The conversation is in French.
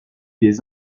des